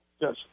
Yes